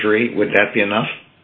injury would that be enough